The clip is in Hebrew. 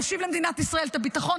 נשיב למדינת ישראל את הביטחון,